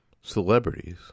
celebrities